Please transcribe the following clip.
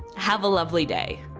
have a lovely day.